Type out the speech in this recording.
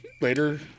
later